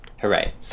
Hooray